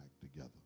together